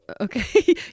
Okay